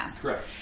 correct